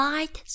Light